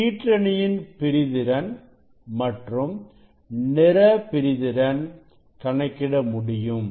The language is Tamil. கீற்றணியின் பிரிதிறன் மற்றும் நிற பிரிதிறன் கணக்கிட முடியும்